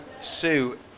Sue